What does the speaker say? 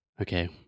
Okay